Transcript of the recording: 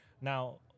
Now